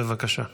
בבקשה.